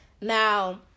Now